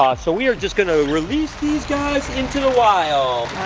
ah so we are just gonna release these guys into the wild.